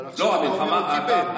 אבל עכשיו אתה אומר שהוא קיבל.